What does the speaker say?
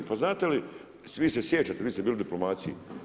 Pa znate li, vi se sjećate, vi ste bili u diplomaciji.